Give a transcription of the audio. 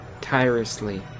tirelessly